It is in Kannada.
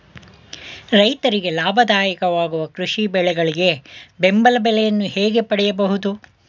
ರೈತರಿಗೆ ಲಾಭದಾಯಕ ವಾಗುವ ಕೃಷಿ ಬೆಳೆಗಳಿಗೆ ಬೆಂಬಲ ಬೆಲೆಯನ್ನು ಹೇಗೆ ಪಡೆಯಬಹುದು?